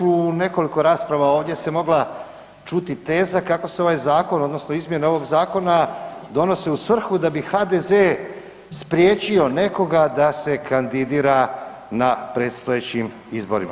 U nekoliko rasprava ovdje se mogla čuti teza kako se ovaj zakon odnosno izmjene ovog zakona donose u svrhu da bi HDZ spriječio nekoga da se kandidira na predstojećim izborima.